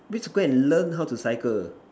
please go and learn how to cycle